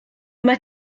mae